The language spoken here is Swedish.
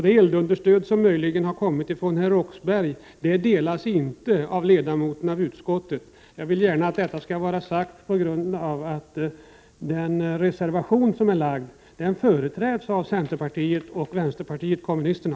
Det eldunderstöd som Jag vill gärna att detta skall vara sagt, eftersom den reservation som fogats till 23 november 1988